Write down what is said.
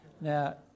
Now